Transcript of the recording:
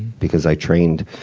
because i trained,